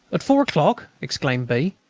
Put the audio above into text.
at four o'clock! exclaimed b.